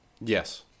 yes